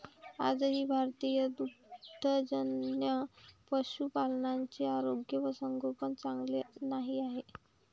आजही भारतीय दुग्धजन्य पशुपालकांचे आरोग्य व संगोपन चांगले नाही आहे